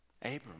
Abram